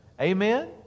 Amen